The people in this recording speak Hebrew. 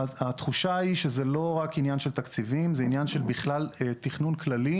התחושה היא שזה לא רק עניין של תקציבים אלא בכלל עניין של תכנון כללי,